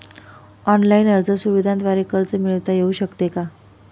Online अर्ज सुविधांद्वारे कर्ज मिळविता येऊ शकते का?